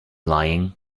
lying